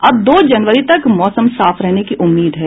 अब दो जनवरी तक मौसम साफ रहने की उम्मीद है